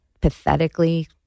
pathetically